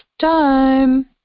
time